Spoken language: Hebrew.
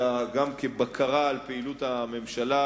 אלא גם כבקרה על פעילות הממשלה,